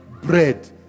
bread